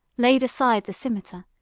laid aside the cimeter,